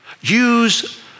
use